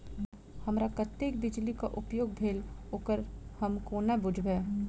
हमरा कत्तेक बिजली कऽ उपयोग भेल ओकर हम कोना बुझबै?